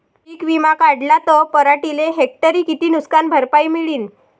पीक विमा काढला त पराटीले हेक्टरी किती नुकसान भरपाई मिळीनं?